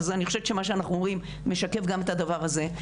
אז אני חושבת שמה שאנחנו אומרים משקף גם את הדבר הזה,